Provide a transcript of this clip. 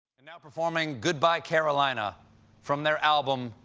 and now, performing goodbye carolina from their album,